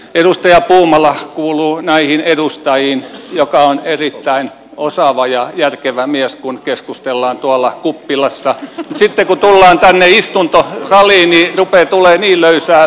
edustaja puumala kuuluu näihin edustajiin jotka ovat erittäin osaavia ja järkeviä miehiä kun keskustellaan tuolla kuppilassa mutta sitten kun tullaan tänne istuntosaliin rupeaa tulemaan niin löysää tarinaa